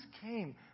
came